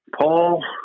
Paul